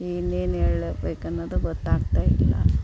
ಇನ್ನೇನು ಹೇಳಬೇಕನ್ನುವುದು ಗೊತ್ತಾಗ್ತಾ ಇಲ್ಲ